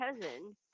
cousin